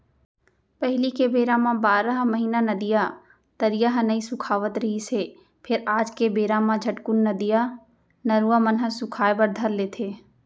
पहिली के बेरा म बारह महिना नदिया, तरिया ह नइ सुखावत रिहिस हे फेर आज के बेरा म झटकून नदिया, नरूवा मन ह सुखाय बर धर लेथे